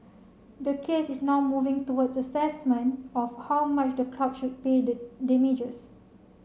the case is now moving towards assessment of how much the club should pay the damages